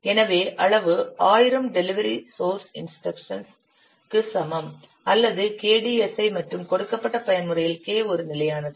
எனவே அளவு 1000 delivered source instruction க்கு சமம் அல்லது KDSI மற்றும் கொடுக்கப்பட்ட பயன்முறையில் k ஒரு நிலையானது